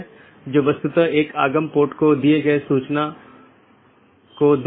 एक और बात यह है कि यह एक टाइपो है मतलब यहाँ यह अधिसूचना होनी चाहिए